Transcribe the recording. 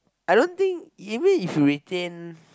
I don't think even if you retain